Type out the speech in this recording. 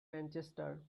manchester